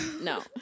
No